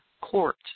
court